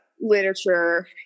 literature